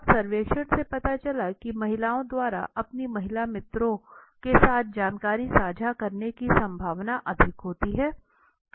अब सर्वेक्षण से पता चला की महिलाओं द्वारा अपनी महिला मित्रों के साथ जानकारी साझा करने की संभावना अधिक होती है